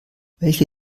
welche